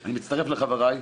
אני מצטרף לחבריי.